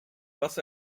was